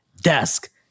desk